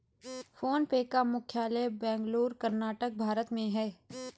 phone पे का मुख्यालय बेंगलुरु, कर्नाटक, भारत में है